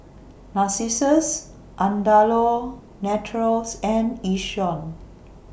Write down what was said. Narcissus Andalou Naturals and Yishion